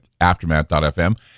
aftermath.fm